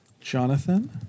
Jonathan